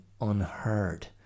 unheard